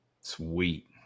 Sweet